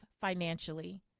financially